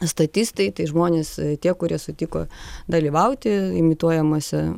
statistai tai žmonės tie kurie sutiko dalyvauti imituojamuose